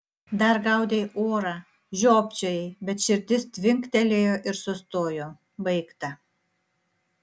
dar gaudei orą žiopčiojai bet širdis tvinktelėjo ir sustojo baigta